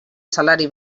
salari